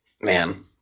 Man